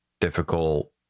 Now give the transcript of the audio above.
difficult